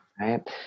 right